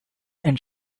and